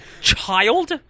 child